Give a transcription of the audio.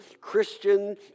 Christian